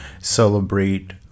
celebrate